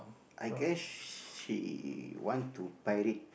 I guess she want to buy it